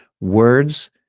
words